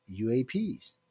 UAPs